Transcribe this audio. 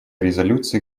резолюции